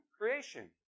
creation